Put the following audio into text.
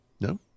No